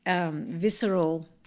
Visceral